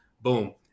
boom